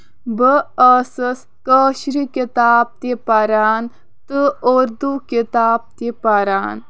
بہٕ ٲسٕس کٲشرِ کِتاب تہِ پران تہٕ اُردو کِتاب تہِ پران